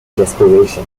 desperation